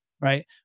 right